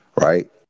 Right